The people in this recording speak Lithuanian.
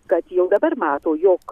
kad jau dabar mato jog